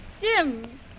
Jim